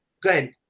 good